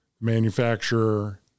manufacturer